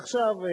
עכשיו,